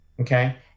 Okay